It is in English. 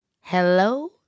Hello